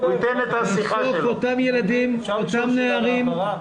בסוף אותם ילדים --- אפשר לשאול שאלה להבהרה?